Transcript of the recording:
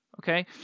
okay